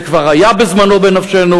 זה כבר היה בזמנו בנפשנו,